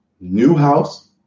Newhouse